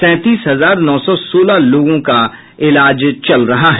सैंतीस हजार नौ सौ सोलह लोगों का इलाज चल रहा है